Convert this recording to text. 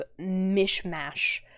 mishmash